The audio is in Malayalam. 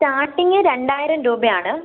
സ്റ്റാർട്ടിംഗ് രണ്ടായിരം രൂപ ആണ്